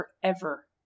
forever